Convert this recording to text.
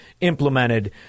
implemented